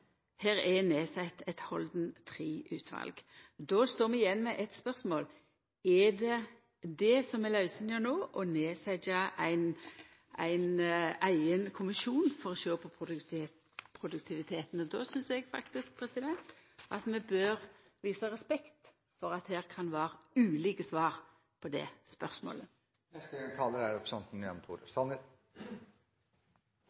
Då står vi igjen med eitt spørsmål: Er det det som er løysinga no, å setja ned ein eigen kommisjon for å sjå på produktiviteten? Då synest eg faktisk at vi bør visa respekt for at her kan det vera ulike svar på det spørsmålet. Det er i og for seg hyggelig at representanten